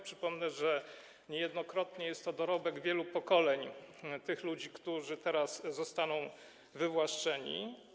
Przypomnę, że niejednokrotnie jest to dorobek wielu pokoleń ludzi, którzy teraz zostaną wywłaszczeni.